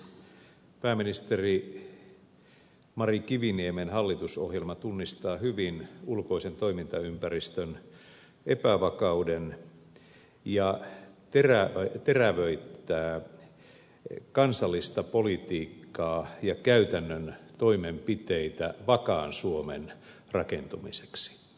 pääministeri mari kiviniemen hallitusohjelma tunnistaa hyvin ulkoisen toimintaympäristön epävakauden ja terävöittää kansallista politiikkaa ja käytännön toimenpiteitä vakaan suomen rakentamiseksi